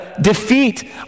defeat